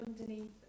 underneath